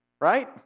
Right